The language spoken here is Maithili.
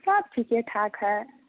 सब ठीके ठाक है